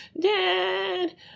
dad